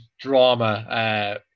drama